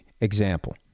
example